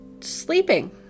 sleeping